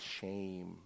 shame